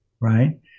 right